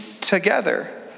together